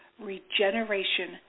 regeneration